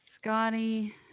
Scotty